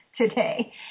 today